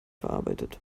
verarbeitet